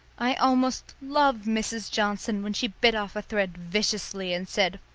i almost loved mrs. johnson when she bit off a thread viciously and said,